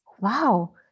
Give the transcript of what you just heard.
wow